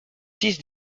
six